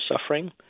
suffering